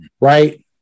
right